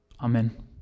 Amen